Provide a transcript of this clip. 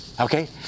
Okay